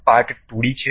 part 2 D છે